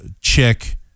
chick